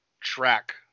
track